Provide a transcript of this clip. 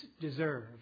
deserve